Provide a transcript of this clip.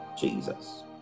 Jesus